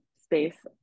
space